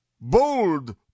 bold